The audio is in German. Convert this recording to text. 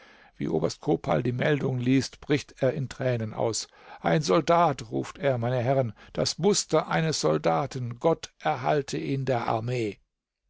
wie oberst kopal die meldung liest bricht er in tränen aus ein soldat ruft er meine herren das muster eines soldaten gott erhalte ihn der armee